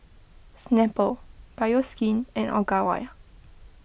Snapple Bioskin and Ogawa